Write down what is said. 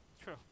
True